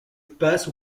passe